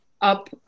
up